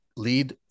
lead